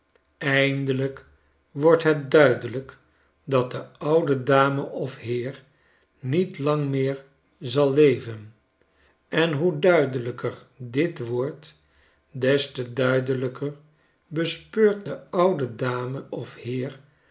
eindelyk wordt het duidelijk dat de oude dame of heer niet lang meer zal leven en hoe duidelijker dit wordt des te duidelijker bespeurt de oude dame of heer